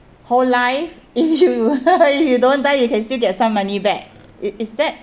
whole life if you if you don't die you can still get some money back is is that